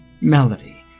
Melody